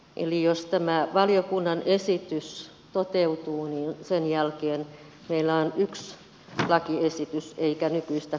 eli jos tämä valiokunnan esitys toteutuu niin sen jälkeen meillä on yksi lakiesitys eikä nykyistä